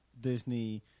Disney